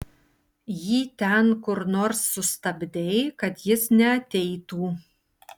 jį ten kur nors sustabdei kad jis neateitų